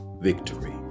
victory